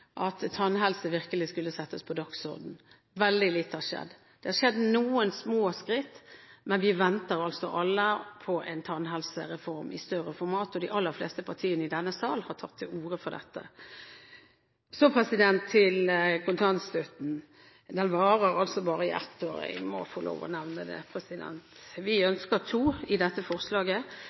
at tannhelse virkelig skulle settes på dagsordenen. Veldig lite har skjedd. Det har skjedd noe – noen små skritt – men vi venter alle på en tannhelsereform i større format. De aller fleste partiene i denne sal har tatt til orde for det. Så til kontantstøtten: Den varer altså bare i ett år, jeg må få lov til å nevne det. Vi ønsker to år i dette forslaget.